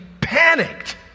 panicked